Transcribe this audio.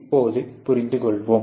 இப்போது நாம் புரிந்துகொள்வோம்